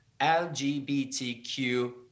LGBTQ